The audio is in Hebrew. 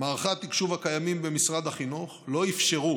מערכי התקשוב הקיימים במשרד החינוך לא אפשרו